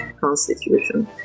constitution